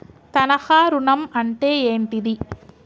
తనఖా ఋణం అంటే ఏంటిది?